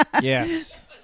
Yes